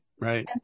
Right